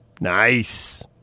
Nice